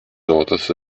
daughters